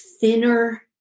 thinner